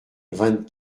vingt